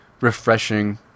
refreshing